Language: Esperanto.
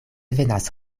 venas